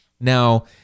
Now